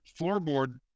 floorboard